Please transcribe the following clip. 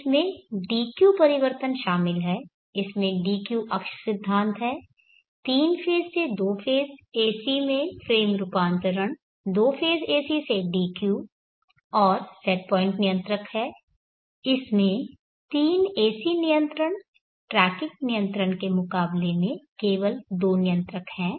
इसमें dq परिवर्तन शामिल है इसमें dq अक्ष सिद्धांत है 3 फेज़ से दो फेज़ AC में फ्रेम रूपांतरण दो फेज़ AC से dq और सेट पॉइंट नियंत्रक है इसमें तीन AC नियंत्रण ट्रैकिंग नियंत्रण के मुकाबले में केवल दो नियंत्रक हैं